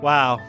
Wow